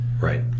right